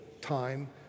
time